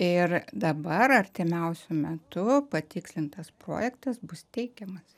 ir dabar artimiausiu metu patikslintas projektas bus teikiamas